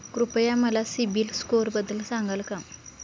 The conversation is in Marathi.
कृपया मला सीबील स्कोअरबद्दल सांगाल का?